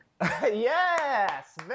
Yes